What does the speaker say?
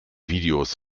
videos